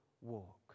walk